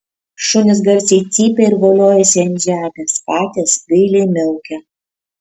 šunys garsiai cypia ir voliojasi ant žemės katės gailiai miaukia